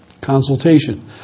consultation